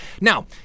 Now